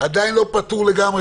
עדיין לא פתור לגמרי,